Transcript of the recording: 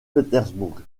pétersbourg